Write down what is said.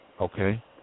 Okay